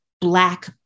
black